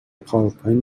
پاورپوینت